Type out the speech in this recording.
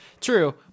true